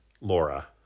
Laura